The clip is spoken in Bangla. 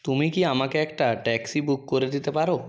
তুমি কি আমাকে একটা ট্যাক্সি বুক করে দিতে পারো